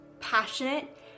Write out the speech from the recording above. passionate